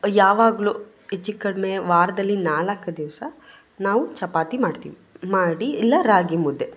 ಯಾವಾಗಲೂ ಹೆಚ್ಚು ಕಡಿಮೆ ವಾರದಲ್ಲಿ ನಾಲ್ಕು ದಿವಸ ನಾವು ಚಪಾತಿ ಮಾಡ್ತೀವಿ ಮಾಡಿ ಇಲ್ಲ ರಾಗಿ ಮುದ್ದೆ